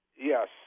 Yes